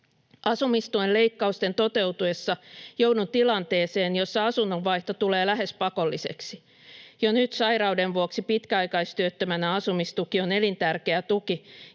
"Asumistuen leikkausten toteutuessa joudun tilanteeseen, jossa asunnonvaihto tulee lähes pakolliseksi. Jo nyt sairauden vuoksi pitkäaikaistyöttömänä asumistuki on elintärkeä tuki,